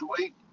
wait